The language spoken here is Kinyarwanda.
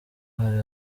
hari